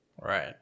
Right